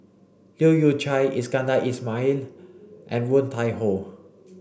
Leu Yew Chye Iskandar Ismail and Woon Tai Ho